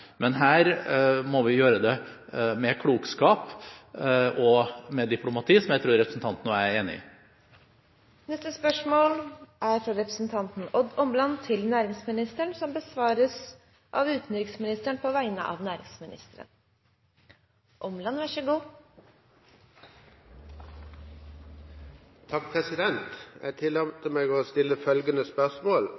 Men vi må gjøre det med klokskap og med diplomati, noe jeg tror representanten og jeg er enige om. Vi går da til spørsmål 14. Dette spørsmålet, fra representanten Odd Omland til næringsministeren, vil bli besvart av utenriksministeren på vegne av næringsministeren,